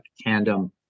tandem